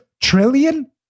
trillion